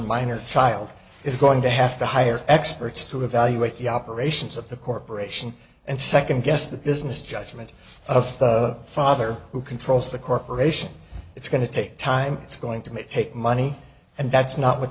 minor child is going to have to hire experts to evaluate the operations of the corporation and second guess the business judgment of the father who controls the corporation it's going to take time it's going to make take money and that's not what